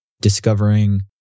discovering